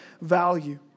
value